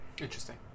Interesting